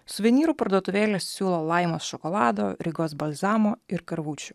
suvenyrų parduotuvėlės siūlo laimos šokolado rygos balzamo ir karvučių